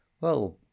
Well